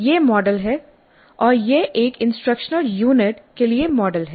यह मॉडल है और यह एक इंस्ट्रक्शनल यूनिट के लिए मॉडल है